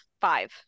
five